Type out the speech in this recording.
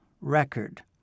record